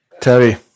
Terry